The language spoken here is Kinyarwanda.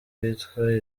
bitwa